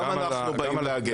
גם אנחנו באים להגן.